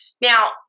Now